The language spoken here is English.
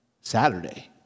Saturday